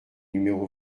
numéro